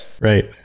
Right